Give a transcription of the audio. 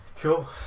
Cool